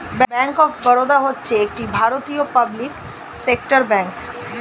bank of Baroda হচ্ছে একটি ভারতীয় পাবলিক সেক্টর ব্যাঙ্ক